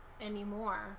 anymore